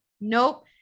nope